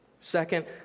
Second